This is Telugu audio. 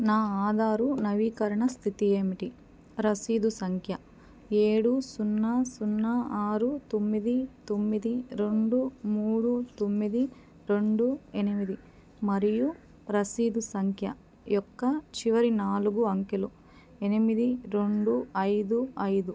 నా ఆధారు నవీకరణ స్థితి ఏమిటి రసీదు సంఖ్య ఏడు సున్నా సున్నా ఆరు తొమ్మిది తొమ్మిది రెండు మూడు తొమ్మిది రెండు ఎనిమిది మరియు రసీదు సంఖ్య యొక్క చివరి నాలుగు అంకెలు ఎనిమిది రెండు ఐదు ఐదు